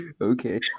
Okay